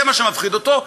זה מה שמפחיד אותו,